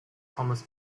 thomas